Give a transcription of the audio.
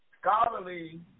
scholarly